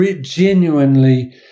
genuinely